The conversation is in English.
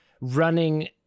running